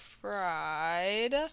fried